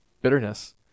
Bitterness